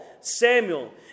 Samuel